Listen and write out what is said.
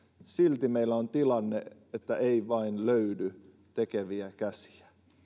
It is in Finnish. silti meillä on tilanne että ei vain löydy tekeviä käsiä